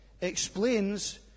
explains